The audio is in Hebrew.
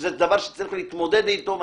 זה דבר שצריך להתמודד איתו,